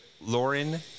Lauren